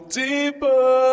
deeper